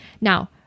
Now